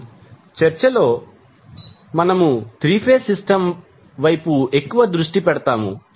మన చర్చలో మనము 3 ఫేజ్ సిస్టమ్ వైపు ఎక్కువ దృష్టి పెడతాము